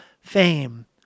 fame